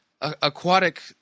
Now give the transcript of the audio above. aquatic